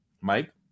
Mike